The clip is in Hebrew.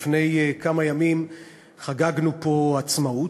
לפני כמה ימים חגגנו פה עצמאות,